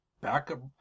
backup